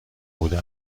بوده